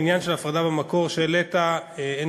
מהעניין של הפרדה במקור שהעלית: אין